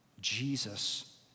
Jesus